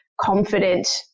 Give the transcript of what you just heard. confident